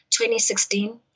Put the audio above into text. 2016